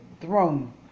throne